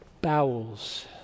Bowels